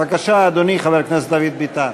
בבקשה, אדוני, חבר הכנסת דוד ביטן.